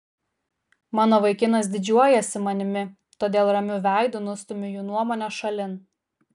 mano vaikinas didžiuojasi manimi todėl ramiu veidu nustumiu jų nuomonę šalin